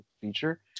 feature